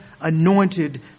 anointed